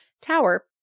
tower